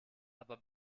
aber